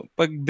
pag